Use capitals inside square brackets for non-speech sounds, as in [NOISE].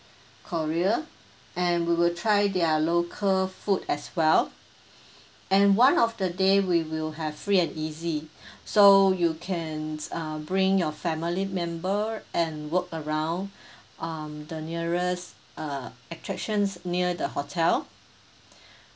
korea and we will try their local food as well and one of the day we will have free and easy [BREATH] so you can uh bring your family member and walk around [BREATH] um the nearest uh attractions near the hotel